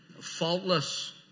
faultless